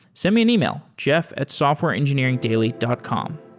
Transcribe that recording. send me an email, jeff at softwareengineeringdaily dot com